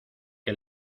que